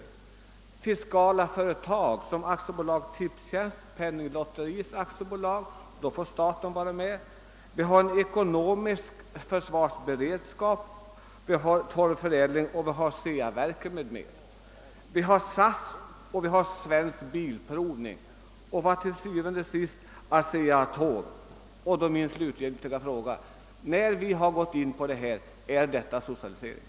Staten får också vara med när det gäller fiskaliska företag av typen Tipstjänst, Penninglotteriet och liknande. Även när det gäller vår ekonomiska försvarsberedskap, Svensk torvförädling, Ceaverken m.m. får staten vara med. Jag kan också nämna SAS, Svensk bilprovning och ASEA-ATOM. Min fråga blir då: Är detta socialisering?